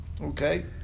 okay